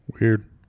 Weird